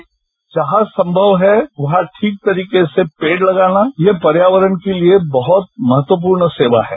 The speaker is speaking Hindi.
बाईट जहां संभव है वहां ठीक तरीके से पेड़ लगाना यह पर्यावरण के लिए बहत महत्वपूर्ण सेवा है